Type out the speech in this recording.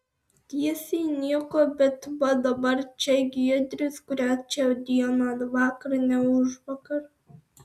tiesiai nieko bet va dabar čia giedrius kurią čia dieną vakar ne užvakar